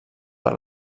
per